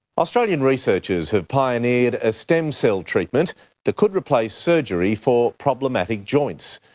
australian researchers have pioneered a stem cell treatment that could replace surgery for problematic joints,